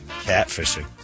Catfishing